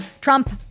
Trump